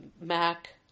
Mac